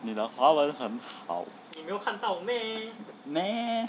你的华文很好